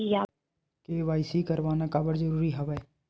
KYC करवाना काबर जरूरी हवय?